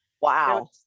Wow